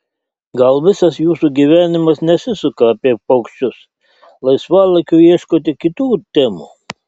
gal visas jūsų gyvenimas nesisuka apie paukščius laisvalaikiu ieškote kitų temų